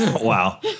Wow